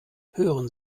hören